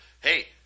Hey